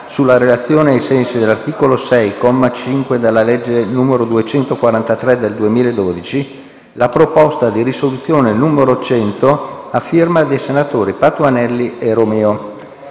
sulla relazione ai sensi dell'articolo 6, comma 5, della legge n. 243 del 2012, la proposta di risoluzione n. 100, presentata dai senatori Patuanelli e Romeo.